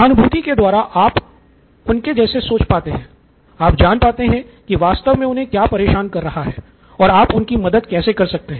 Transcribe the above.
सहानुभूति के द्वारा आप उनके जैसे सोच पाते हैं आप जान पाते है कि वास्तव में उन्हें क्या परेशान कर रहा है और आप उनकी मदद कैसे कर सकते हैं